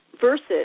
versus